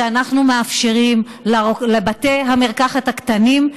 כשאנחנו מאפשרים לבתי המרקחת קטנים,